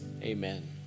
amen